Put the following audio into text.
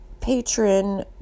patron